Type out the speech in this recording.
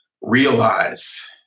realize